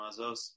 Mazos